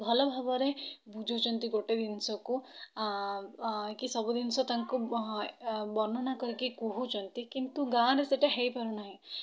ଭଲ ଭାବରେ ବୁଝଉଛନ୍ତି ଗୋଟେ ଜିନିଷକୁ କି ସବୁ ଜିନିଷ ତାଙ୍କୁ ବର୍ଣ୍ଣନା କରିକି କହୁଛନ୍ତି କିନ୍ତୁ ଗାଁ'ରେ ସେଇଟା ହେଇପାରୁ ନାହିଁ